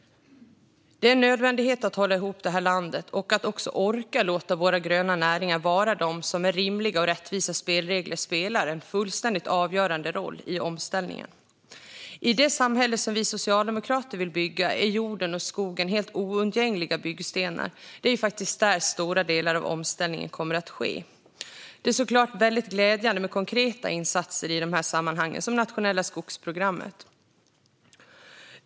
Det är en nödvändighet att hålla ihop det här landet och att också orka låta våra gröna näringar vara dem som med rimliga och rättvisa spelregler spelar en fullständigt avgörande roll i omställningen. I det samhälle som vi socialdemokrater vill bygga är jorden och skogen helt oundgängliga byggstenar. Det är faktiskt där stora delar av omställningen kommer att ske. Det är såklart glädjande med konkreta insatser i de här sammanhangen, som det nationella skogsprogrammet.